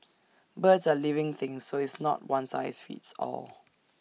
birds are living things so it's not one size fits all